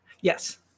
Yes